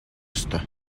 ёстой